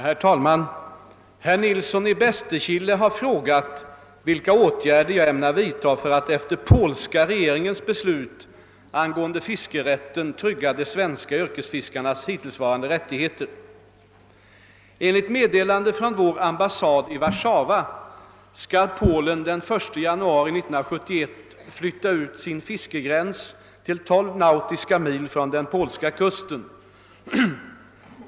Herr talman! Herr Nilsson i Bästekille har frågat vilka åtgärder jag ämnar vidtaga för att efter polska regeringens beslut angående fiskerätten trygga de svenska yrkesfiskarnas hittillsvarande rättigheter. Enligt meddelande från vår ambassad i Warszawa skall Polen den 1 januari 1971 flytta ut sin fiskegräns till tolv nautiska mil från den polska kusten.